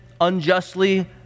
unjustly